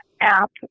app